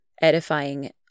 edifying